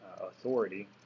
authority